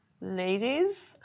ladies